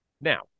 Now